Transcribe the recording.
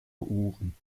uhren